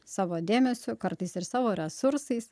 savo dėmesiu kartais ir savo resursais